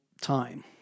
time